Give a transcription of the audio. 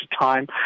time